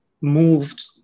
moved